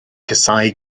casáu